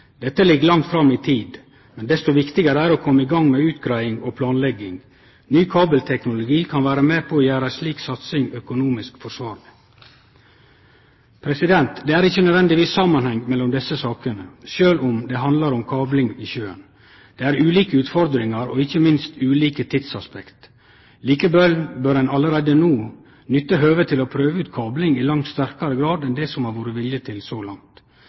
Dette ligg langt fram i tid, men desto viktigare er det å kome i gang med utgreiing og planlegging. Ny kabelteknologi kan vere med på å gjere ei slik satsing økonomisk forsvarleg. Det er ikkje nødvendigvis samanheng mellom desse sakene, sjølv om det handlar om kablar i sjøen. Det er ulike utfordringar og, ikkje minst, ulike tidsaspekt. Likevel bør ein allereie no nytte høvet til å prøve ut kabling i langt sterkare grad enn det har vore vilje til så langt.